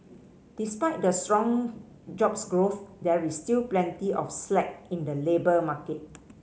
despite the strong jobs growth there is still plenty of slack in the labour market